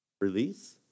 Release